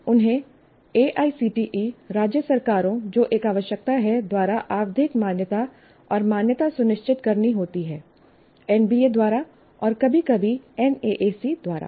उन्हें एआईसीटीई राज्य सरकारों जो एक आवश्यकता है द्वारा आवधिक मान्यता और मान्यता सुनिश्चित करनी होती है एनबीए द्वारा और कभी कभी एनएएसी द्वारा